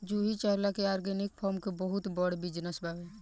जूही चावला के organic farm के बहुते बड़ बिजनस बावे